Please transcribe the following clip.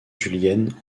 julienne